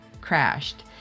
crashed